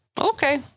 Okay